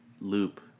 Loop